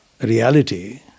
reality